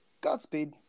Godspeed